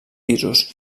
pisos